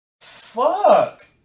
Fuck